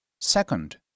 Second